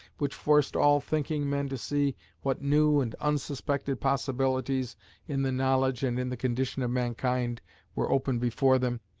which forced all thinking men to see what new and unsuspected possibilities in the knowledge and in the condition of mankind were opened before them,